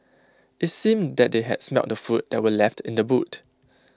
IT seemed that they had smelt the food that were left in the boot